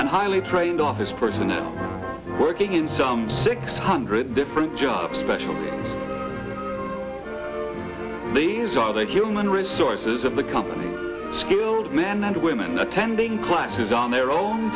and highly trained office personnel working in some six hundred different job special ladies all the human resources of the company skilled men and women attending classes on their own